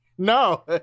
No